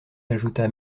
ajouta